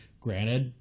Granted